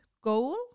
goal